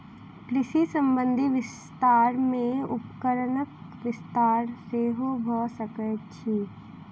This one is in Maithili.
कृषि संबंधी विस्तार मे उपकरणक विस्तार सेहो भ सकैत अछि